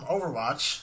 Overwatch